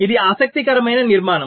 ఇది ఆసక్తికరమైన నిర్మాణం